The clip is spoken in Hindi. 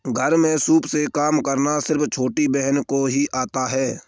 घर में सूप से काम करना सिर्फ छोटी बहन को ही आता है